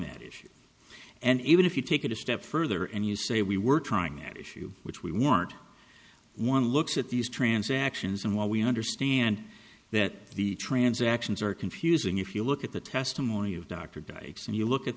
that issue and even if you take it a step further and you say we were trying that issue which we want one looks at these transactions and while we understand that the transactions are confusing if you look at the testimony of dr dykes and you look at